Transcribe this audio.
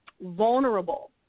vulnerable